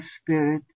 spirit